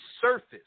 surface